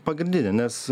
pagrindinė nes